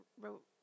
wrote